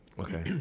Okay